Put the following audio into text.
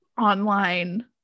online